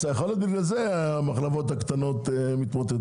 יכול להיות שבגלל זה המחלבות הקטנות מתמוטטות.